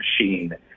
machine